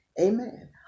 Amen